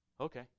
Okay